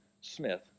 smith